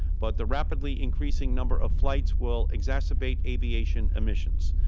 but the rapidly increasing number of flights will exacerbate aviation emissions.